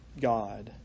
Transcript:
God